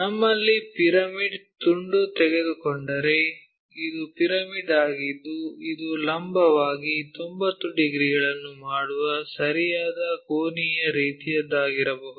ನಮ್ಮಲ್ಲಿ ಪಿರಮಿಡ್ ತುಂಡು ತೆಗೆದುಕೊಂಡರೆ ಇದು ಪಿರಮಿಡ್ ಆಗಿದ್ದು ಇದು ಲಂಬವಾಗಿ 90 ಡಿಗ್ರಿಗಳನ್ನು ಮಾಡುವ ಸರಿಯಾದ ಕೋನೀಯ ರೀತಿಯದ್ದಾಗಿರಬಹುದು